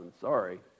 sorry